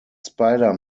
spider